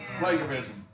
Plagiarism